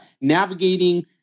navigating